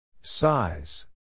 Size